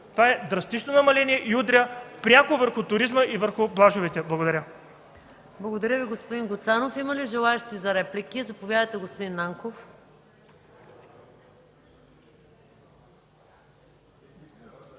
Това е драстично намаление и удря пряко върху туризма и върху плажовете. Благодаря. ПРЕДСЕДАТЕЛ МАЯ МАНОЛОВА: Благодаря Ви, господин Гуцанов. Има ли желаещи за реплики? Заповядайте, господин Нанков.